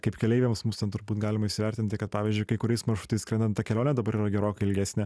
kaip keleiviams mums ten turbūt galima įsivertinti kad pavyzdžiui kai kuriais maršrutais skrendant ta kelionė dabar yra gerokai ilgesnė